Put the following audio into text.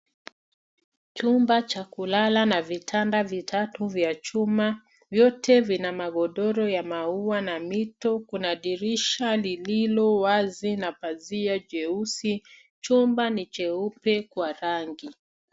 Chumba cha kulala na vitanda vitatu vya chuma vyote vina magodoro ya maua na mito, kuna dirisha lililowazi na pazia jeusi. Chumba ni cheupe kwa rangi.